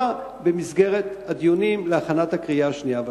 במסגרת הדיונים להכנת הקריאה השנייה והשלישית.